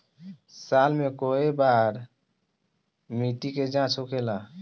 साल मे केए बार मिट्टी के जाँच होखेला?